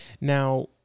Now